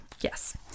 Yes